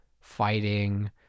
fighting